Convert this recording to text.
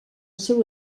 seu